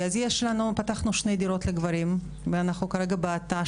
פתחנו שתי דירות לגברים ואנחנו כרגע בהתנעה